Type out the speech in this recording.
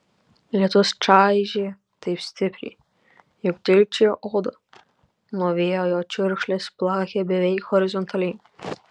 lietus čaižė taip stipriai jog dilgčiojo odą nuo vėjo jo čiurkšlės plakė beveik horizontaliai